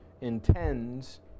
intends